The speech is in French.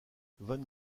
van